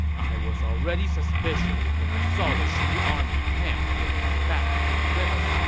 i was already suspicious when i saw the shu army camp with its back to the river,